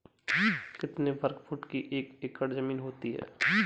कितने वर्ग फुट की एक एकड़ ज़मीन होती है?